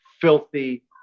filthy